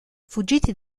fuggiti